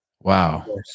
Wow